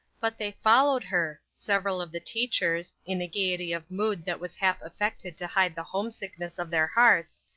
but they followed her several of the teachers, in a gayety of mood, that was half affected to hide the homesickness of their hearts,